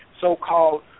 so-called